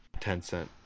Tencent